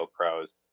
GoPros